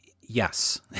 yes